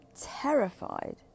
terrified